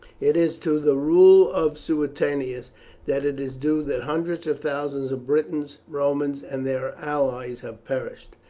it is to the rule of suetonius that it is due that hundreds of thousands of britons, romans, and their allies have perished.